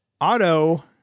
auto